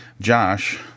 Josh